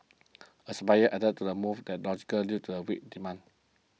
a supplier added to the move that logical due to a weak demand